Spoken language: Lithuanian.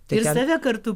tai ir save kartu